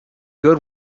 good